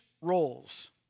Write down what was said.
roles